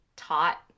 taught